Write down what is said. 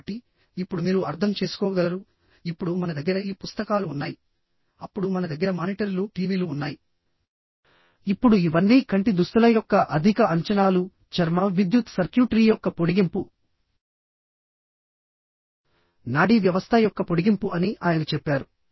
కాబట్టి ఇప్పుడు మీరు అర్థం చేసుకోగలరు ఇప్పుడు మన దగ్గర ఇ పుస్తకాలు ఉన్నాయి అప్పుడు మన దగ్గర మానిటర్లు టీవీలు ఉన్నాయి ఇప్పుడు ఇవన్నీ కంటి దుస్తుల యొక్క అధిక అంచనాలు చర్మ విద్యుత్ సర్క్యూట్రీ యొక్క పొడిగింపు నాడీ వ్యవస్థ యొక్క పొడిగింపు అని ఆయన చెప్పారు